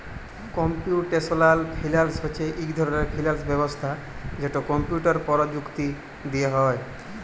computational finance হছে ইক ধরলের ফিল্যাল্স ব্যবস্থা যেট কম্পিউটার পরযুক্তি দিঁয়ে হ্যয়